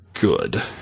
good